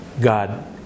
God